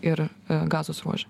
ir gazos ruože